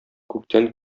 күктән